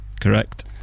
Correct